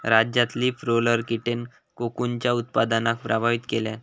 राज्यात leaf roller कीटेन कोकूनच्या उत्पादनाक प्रभावित केल्यान